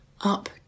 up